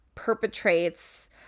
perpetrates